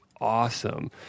awesome